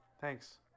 Thanks